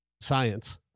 science